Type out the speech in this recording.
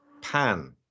pan-